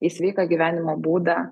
į sveiką gyvenimo būdą